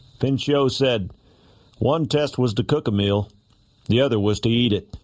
pinchot said one test was to cook a meal the other was to eat it